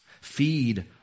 Feed